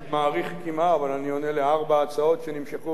אבל אני עונה על ארבע הצעות שנמשכו 45 דקות.